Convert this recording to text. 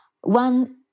one